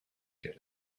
get